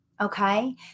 Okay